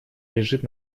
лежит